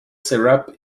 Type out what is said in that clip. syrup